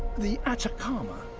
the atacama,